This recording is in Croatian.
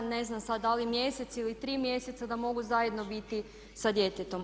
Ne znam sad da li mjesec ili tri mjeseca da mogu zajedno biti sa djetetom.